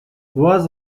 was